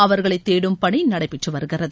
அவர்களை தேடும் பணி நடைப்பெற்று வருகிறது